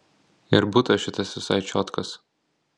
ir butas šitas visai čiotkas